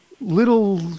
little